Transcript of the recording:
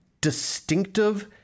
distinctive